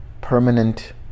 permanent